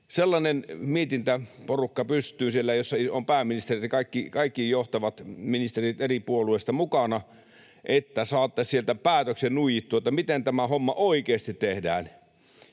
sellainen mietintäporukka, jossa on pääministeri ja kaikki johtavat ministerit eri puolueista mukana, niin että saatte sieltä päätöksen nuijittua siitä, miten tämä homma oikeasti tehdään.